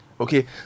Okay